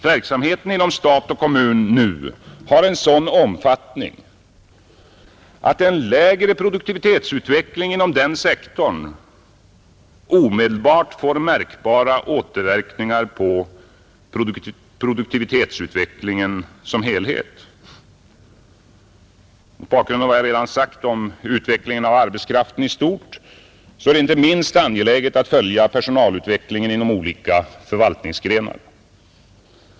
Verksamheten inom stat och kommun har nu en sådan omfattning att en lägre produktivitetsutveckling inom den sektorn omedelbart får märkbara återverkningar på produktivitetsutvecklingen som helhet. Mot bakgrund av vad jag redan sagt om utvecklingen av arbetskraften i stort är det inte minst angeläget att följa personalutvecklingen inom olika förvaltningsgrenar.